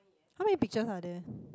how many pictures are there